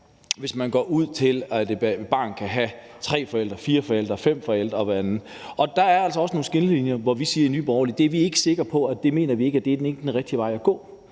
at udvide til, at et barn kan have tre forældre, fire forældre, fem forældre, og der er altså også nogle skillelinjer, hvor vi i Nye Borgerlige siger, at det er vi ikke sikre på at vi mener er den rigtige vej at gå.